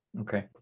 Okay